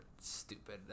stupid